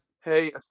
Hey